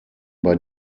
bei